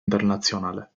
internazionale